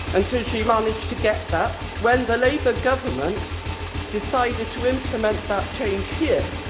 until she managed to get that when the labour government decided to implement that change here.